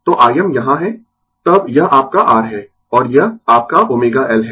तो Im यहाँ है तब यह आपका R है और यह आपका ω L है